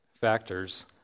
factors